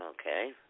Okay